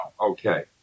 okay